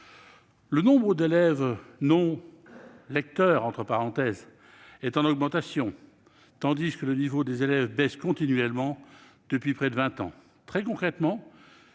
Le nombre d'élèves « non lecteurs » est en augmentation, tandis que le niveau des élèves baisse continuellement depuis près de vingt ans. Très concrètement,